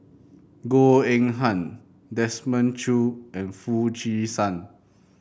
Goh Eng Han Desmond Choo and Foo Chee San